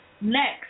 Next